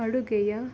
ಅಡುಗೆಯ